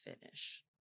finish